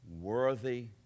worthy